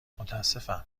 متأسفم